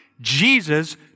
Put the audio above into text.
Jesus